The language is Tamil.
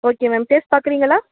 ஓகே மேம் டேஸ்ட் பார்க்குறீங்களா